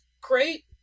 great